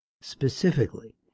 Specifically